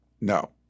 no